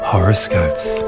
Horoscopes